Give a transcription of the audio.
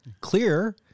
clear